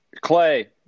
Clay